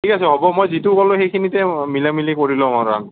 ঠিক আছে হ'ব মই যিটো ক'লোঁ সেইখিনিতে মিলাই মেলি কৰি ল'ম আৰু